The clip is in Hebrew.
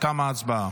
תמה ההצבעה.